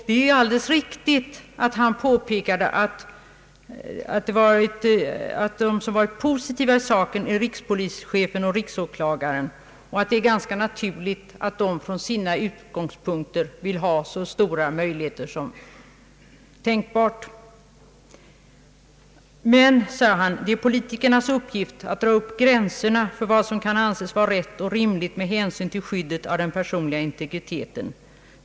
Det är alldeles riktigt att denne påpekade att de som varit positiva i saken är rikspolischefen och riksåklagaren och att det är ganska naturligt att de från sina utgångspunkter vill ha alla möjligheter de kan få till sitt förfogande. Men han sade vidare: »Men det är politikernas uppgift att dra upp gränserna för vad som kan anses vara rätt och rimligt med hänsyn till skyddet av den personliga integriteten.